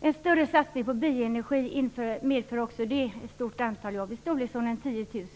En större satsning på bioenergi medför också det ett stort antal jobb, i storleksordningen 10 000.